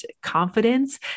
confidence